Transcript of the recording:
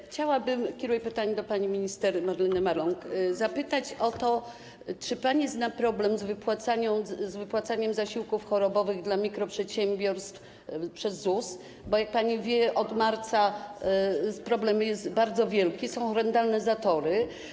Chciałabym - kieruję pytanie do pani minister Marleny Maląg - zapytać o to, czy pani zna problem z wypłacaniem zasiłków chorobowych dla mikroprzedsiębiorstw przez ZUS, bo jak pani wie, od marca problem jest bardzo wielki, są horrendalne zatory.